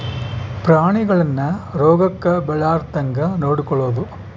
ಪ್ರಾಣಿಗಳನ್ನ ರೋಗಕ್ಕ ಬಿಳಾರ್ದಂಗ ನೊಡಕೊಳದು